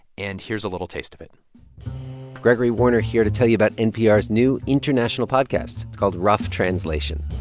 and here's a little taste of it gregory warner here to tell you about npr's new international podcast. it's called rough translation.